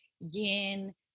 yin